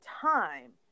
time